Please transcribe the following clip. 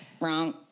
Wrong